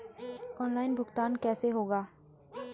Online भुगतान कैसे होगा?